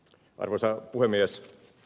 arvoisa puhemies